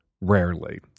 rarely